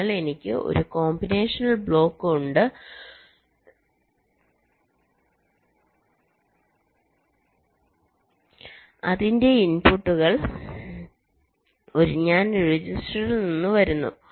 അതിനാൽ എനിക്ക് ഒരു കോമ്പിനേഷൻ ബ്ലോക്ക് ഉണ്ട് അതിന്റെ ഇൻപുട്ടുകൾ ഒരു രജിസ്റ്ററിൽ നിന്ന് വരുന്നു